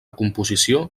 composició